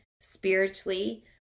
spiritually